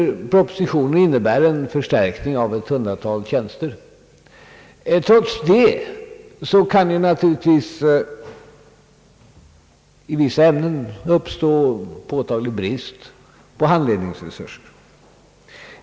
Propositionen innebär en förstärkning av organisationen med ett hundratal tjänster, Trots detta kan det naturligtvis när det gäller vissa ämnen uppstå påtaglig brist på handledningsresurser.